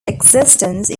existence